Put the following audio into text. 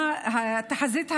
תחזיות הלמ"ס,